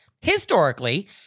historically-